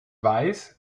weiß